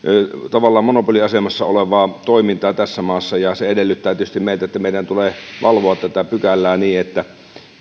tavallaan monopoliasemassa olevaa toimintaa tässä maassa ja se edellyttää tietysti meiltä että meidän tulee valvoa tätä pykälää